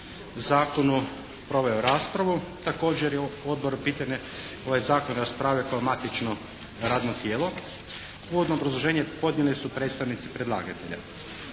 zakonu proveo raspravu. Također je Odbor pitanje, ovaj zakon raspravio kao matično radno tijelo. Uvodno obrazloženje podnijeli su predstavnici predlagatelja.